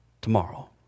tomorrow